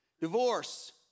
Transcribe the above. Divorce